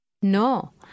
No